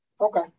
Okay